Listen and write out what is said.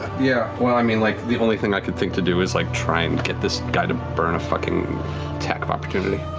yeah. well, i mean like the only thing i can think to do is like try and get this guy to burn a fucking attack of opportunity.